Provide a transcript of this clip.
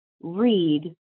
read